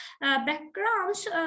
backgrounds